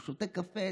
הוא שותה קפה,